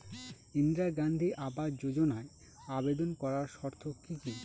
ইন্দিরা গান্ধী আবাস যোজনায় আবেদন করার শর্ত কি কি?